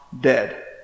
dead